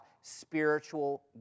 spiritual